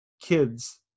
kids